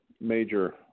major